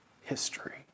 history